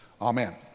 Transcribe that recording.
Amen